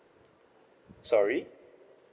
sorry